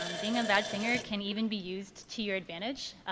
um being a bad singer can even be used to your advantage.